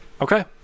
Okay